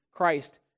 Christ